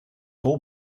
vol